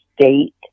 state